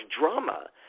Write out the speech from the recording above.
drama